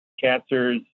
cancers